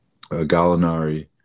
Gallinari